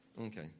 okay